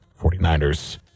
49ers